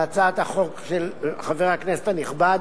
בהצעת החוק של חבר הכנסת הנכבד,